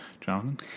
Jonathan